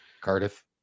cardiff